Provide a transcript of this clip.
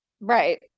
Right